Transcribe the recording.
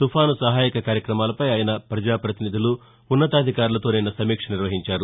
తుపాను సహాయక కార్యక్రమాలపై ఆయన ప్రజాపతినిధులు ఉన్నతాధికారులతో నిన్న సమీక్ష నిర్వహించారు